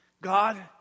God